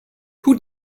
who